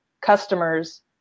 customers